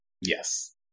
Yes